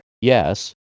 Yes